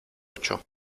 ocho